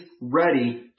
ready